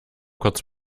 kurz